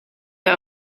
der